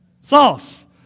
sauce